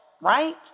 Right